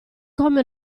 come